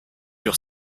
your